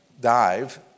dive